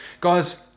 Guys